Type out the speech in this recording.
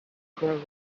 grow